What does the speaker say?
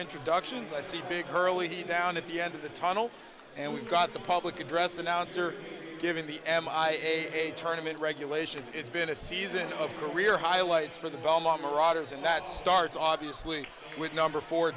introductions i see big hurley down at the end of the tunnel and we've got the public address announcer giving the am i a tournament regulations it's been a season of career highlights for the belmont marauders and that starts obviously with number four